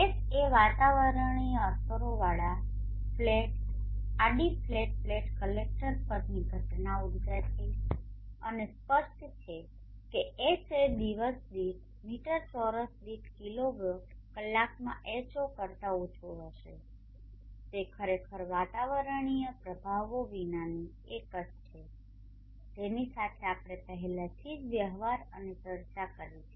Ha વાતાવરણીય અસરોવાળા flat આડી ફ્લેટ પ્લેટ કલેક્ટર પરની ઘટના ઉર્જા છે અને સ્પષ્ટ છે કે Ha દિવસ દીઠ મીટર ચોરસ દીઠ કિલોવોટ કલાકમાં H0 કરતા ઓછું હશે તે ખરેખર વાતાવરણીય પ્રભાવો વિનાની એક છે જેની સાથે આપણે પહેલાથી જ વ્યવહાર અને ચર્ચા કરી છે